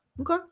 Okay